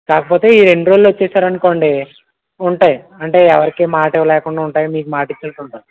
కాకపోతే ఈ రెండు రోజులలో వచ్చేసారనుకోండి ఉంటాయి అంటే ఎవరికి మాట ఇవ్వలేకుండా ఉంటాయి మీకు మాట ఇచ్చినట్టు ఉంటుంది